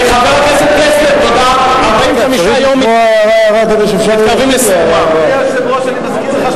זה אותו תקציב של רעידות אדמה שאנחנו מחכים לו,